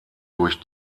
durch